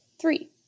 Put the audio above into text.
Three